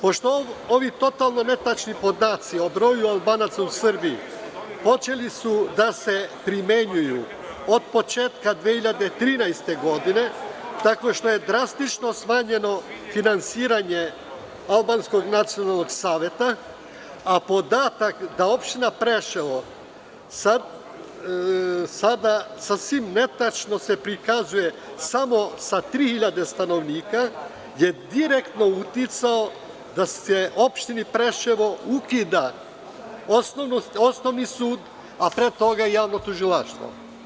Pošto su ovo totalno netačni podaci o broju Albanaca u Srbiji, počeli su da se primenjuju od početka 2013. godine tako što je drastično smanjeno finansiranje Albanskog nacionalnog saveta, a podatak da Opština Preševo sada sasvim netačno se prikazuje samo sa 3000 stanovnika je direktno uticao da se Opštini Preševo ukida Osnovni sud, a pre toga i Javno tužilaštvo.